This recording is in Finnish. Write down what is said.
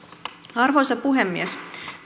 arvoisa puhemies